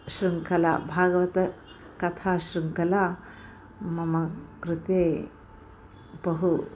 शृङ्खला भागवतकथाशृङ्लाख मम कृते बहु